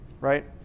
right